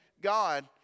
God